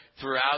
throughout